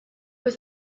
was